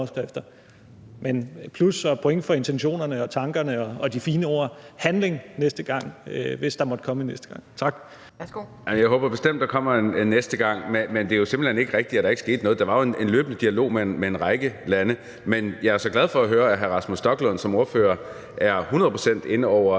et plus så og point for intentionerne, tankerne og de fine ord. Handling næste gang, hvis der måtte komme en næste gang! Tak.